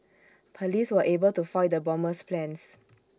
Police were able to foil the bomber's plans